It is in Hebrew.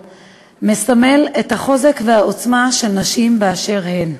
מסמל את החוזק והעוצמה של נשים באשר הן.